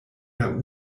der